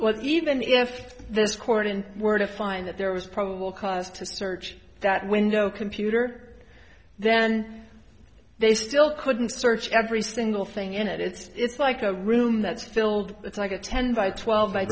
let's even if this court and were to find that there was probable cause to search that window computer then they still couldn't search every single thing in it it's it's like a room that's filled it's like a ten by twelve by